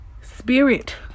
spirit